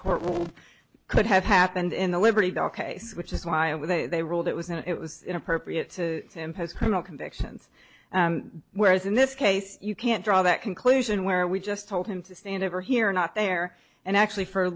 ruled could have happened in the liberty bell case which is why it with a rule that was it was inappropriate to impose criminal convictions whereas in this case you can't draw that conclusion where we just told him to stand over here not there and actually for